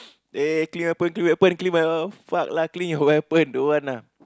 eh clean weapon clean weapon clean fuck lah clean your weapon don't want lah